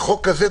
החוק הזה,